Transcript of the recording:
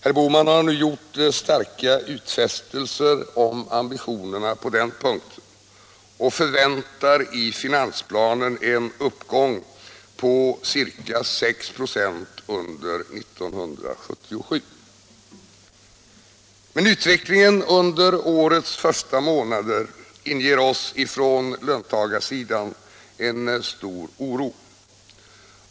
Ekonomimi nistern har ju gjort starka utfästelser om ambitionerna på den punkten och förväntar i finansplanen en uppgång på ca 6 96 under 1977. Utvecklingen under årets första månader inger oss, från löntagarsidan, stor oro.